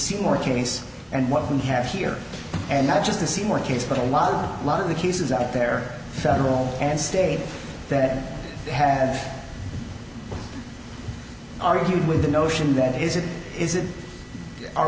seymour case and what we have here and not just the seymour case but a lot lot of the cases out there federal and state that have argued with the notion that is it is it are